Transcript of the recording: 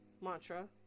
mantra